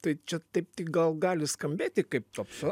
tai čia taip tik gal gali skambėti kaip toks